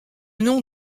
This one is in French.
nom